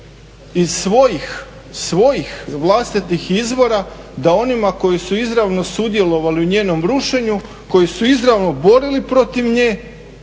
iz svojih vlastitih izvora da onima koji su izravno sudjelovali u njenom rušenju, koji su se izravno borili protiv nje